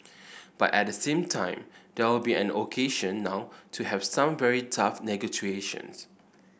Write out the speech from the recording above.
but at the same time there will be an occasion now to have some very tough negotiations